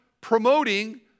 promoting